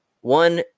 one